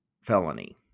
felony